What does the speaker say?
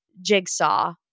Jigsaw